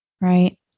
right